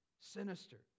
Sinister